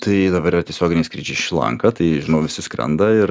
tai dabar yra tiesioginiai skrydžiai į šri lanką tai žinau visi skrenda ir